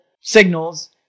signals